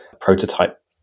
prototype